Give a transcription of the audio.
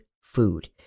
food